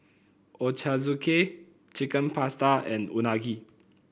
Ochazuke Chicken Pasta and Unagi